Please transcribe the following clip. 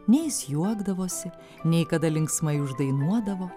nei jis juokdavosi nei kada linksmai uždainuodavo